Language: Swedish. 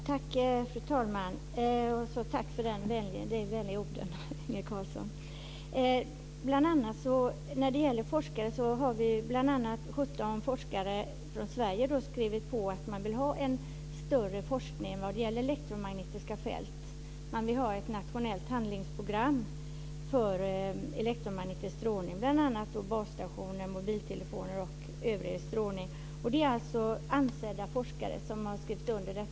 Fru talman! Tack för de vänliga orden, Inge Bl.a. har 17 forskare från Sverige skrivit under på att de vill ha en större forskning om elektromagnetiska fält. De vill ha ett nationellt handlingsprogram för elektromagnetisk strålning, det gäller bl.a. basstationer, mobiltelefoner, och övrig strålning. Det är ansedda forskare som har skrivit under det.